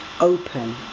open